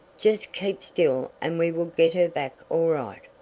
jest keep still and we will git her back all